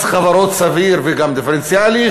מס חברות סביר וגם דיפרנציאלי,